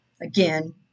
Again